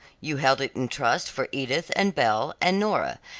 you held it in trust for edith, and belle, and nora,